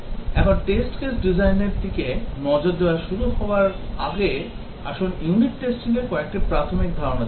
এখন test case designing র দিকে নজর দেওয়া শুরু করার আগে আসুন unit testing র কয়েকটি প্রাথমিক ধারণা দেখি